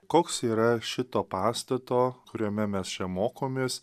koks yra šito pastato kuriame mes čia mokomės